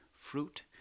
fruit